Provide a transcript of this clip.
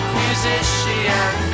musician